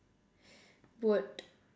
would